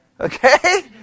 Okay